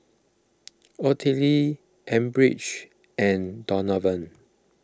Ottilie Elbridge and Donovan